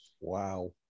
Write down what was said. wow